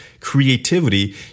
creativity